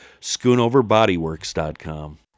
SchoonoverBodyWorks.com